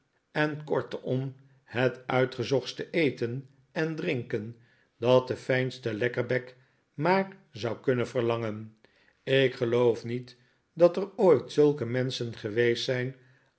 en kortom het uitgezochtste eten en drinken dat de fijnste lekkerbek maar zou kunnen verlangen ik geloof niet dat er ooit zulke menschen geweest zijn